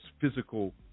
physical